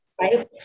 right